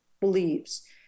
believes